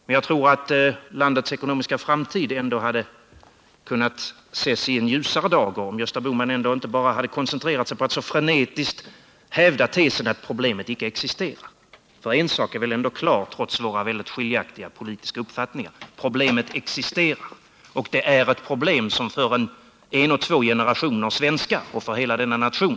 Men jag tror att landets ekonomiska framtid hade kunnat ses i ljusare dager om Gösta Bohman inte hade koncentrerat sig på att så frenetiskt hävda tesen att problemet inte existerar. För en sak är väl ändå klar trots våra skiljaktiga politiska uppfattningar: problemet existerar, och det kommer att få mycket stor betydelse för både en och två generationer svenskar och för hela denna nation.